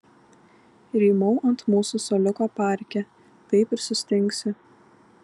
rymau ant mūsų suoliuko parke taip ir sustingsiu